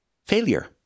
Failure